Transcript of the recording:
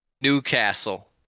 Newcastle